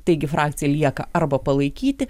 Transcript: taigi frakciją lieka arba palaikyti